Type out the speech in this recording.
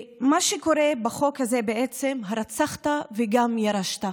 מה שקורה בחוק הזה, בעצם: הרצחת וגם ירשת.